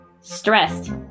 Stressed